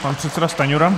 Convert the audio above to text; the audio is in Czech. Pan předseda Stanjura.